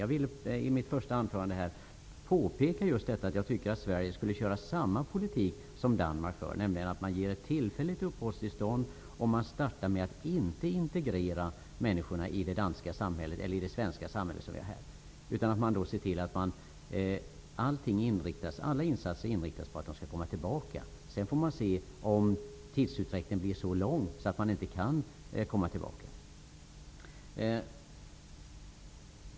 Jag ville i mitt första anförande påpeka att jag tycker att Sverige skulle köra samma politik som Danmark, nämligen att ge tillfälligt uppehållstillstånd och inte starta med att integrera människorna i samhället, som vi nu gör här. I stället skulle alla insatser inriktas på att människorna skulle kunna åka tillbaka. Sedan får man se om tidsutdräkten blir så lång att de inte kan åka tillbaka.